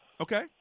Okay